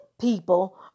people